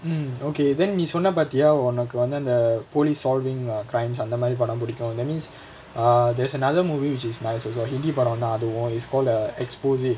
mm okay then நீ சொன்ன பாதியா ஒனக்கு வந்து அந்த:nee sonna paathiyaa onakku vanthu antha err police solving ah crimes அந்த மாரி படோ புடிக்கும்:antha maari pado pudikkum that means err there's another movie which is nice also hindi படோனா அதுவும்:padonaa athuvum it's called the expose